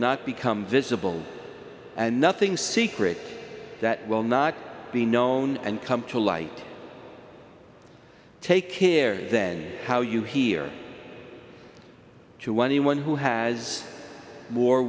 not become visible and nothing secret that will not be known and come to light take care then how you hear to anyone who has